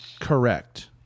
correct